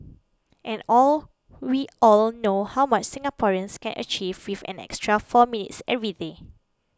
and all we all know how much Singaporeans can achieve with an extra four minutes every day